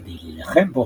כדי להילחם בו,